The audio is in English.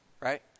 Right